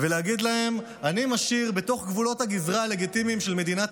ולהגיד להם: בתוך גבולות הגזרה הלגיטימיים של מדינת